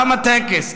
תם הטקס.